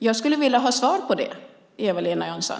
Jag skulle vilja ha svar på det, Eva-Lena Jansson.